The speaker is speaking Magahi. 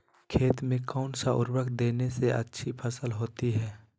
खेत में कौन सा उर्वरक देने से अच्छी फसल होती है?